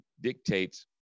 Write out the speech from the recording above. dictates